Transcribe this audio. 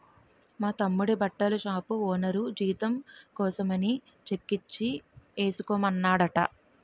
మా తమ్ముడి బట్టల షాపు ఓనరు జీతం కోసమని చెక్కిచ్చి ఏసుకోమన్నాడట